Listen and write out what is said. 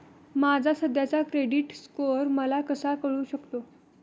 माझा सध्याचा credit score मला कसा कळू शकतो?